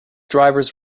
drivers